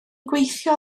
gweithio